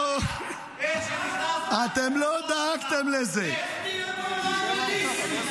איך שנכנסת הכול חזר.